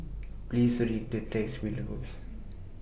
Please Tell Me